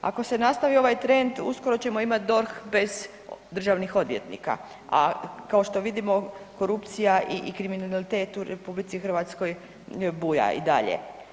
Ako se nastavi ovaj trend, uskoro ćemo imat DORH bez državnih odvjetnika a kao što vidimo, korupcija i kriminalitet u RH buja i dalje.